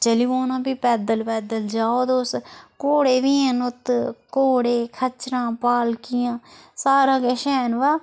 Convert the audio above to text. चली पौना फ्ही पैदल पैदल जाओ तुस घोड़े बी हैन उत्त घोड़े खच्चरां पालकियां सारा किश हैन ब